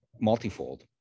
multifold